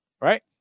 right